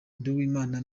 nduwimana